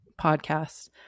podcast